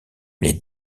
les